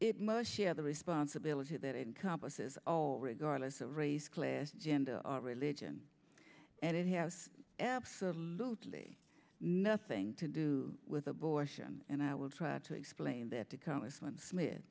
efforts most share the responsibility that encompasses all regardless of race class gender or religion and it has absolutely nothing to do with abortion and i will try to explain that to congressman smith